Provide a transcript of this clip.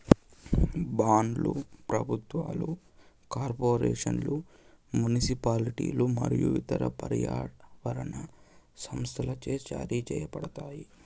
బాండ్లు ప్రభుత్వాలు, కార్పొరేషన్లు, మునిసిపాలిటీలు మరియు ఇతర పర్యావరణ సంస్థలచే జారీ చేయబడతాయి